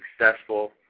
successful